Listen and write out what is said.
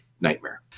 nightmare